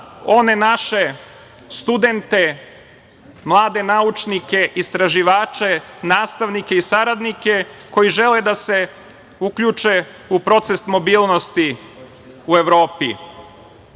one naše studente, mlade naučnike istraživače, nastavnike i saradnike koji žele da se uključe u proces mobilnosti u Evropi. Tako